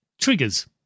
triggers